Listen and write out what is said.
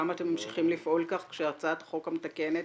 למה אתם ממשיכים לפעול כך כשהצעת החוק המתקנת